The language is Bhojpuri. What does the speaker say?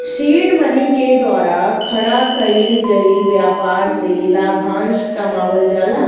सीड मनी के द्वारा खड़ा कईल गईल ब्यपार से लाभांस कमावल जाला